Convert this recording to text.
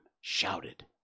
shouted